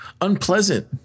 unpleasant